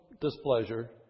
displeasure